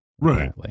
right